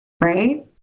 right